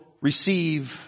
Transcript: receive